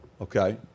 okay